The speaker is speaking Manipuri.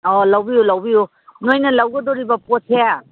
ꯑꯥꯎ ꯂꯧꯕꯤꯌꯨ ꯂꯧꯕꯤꯌꯨ ꯅꯈꯣꯏꯅ ꯂꯧꯒꯗꯣꯔꯤꯕ ꯄꯣꯠꯁꯦ